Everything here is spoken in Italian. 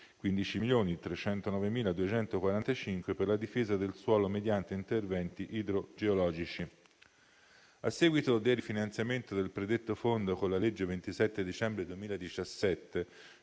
15.309.245 per la difesa del suolo mediante interventi idrogeologici. A seguito del rifinanziamento del predetto fondo con la legge 27 dicembre 2017,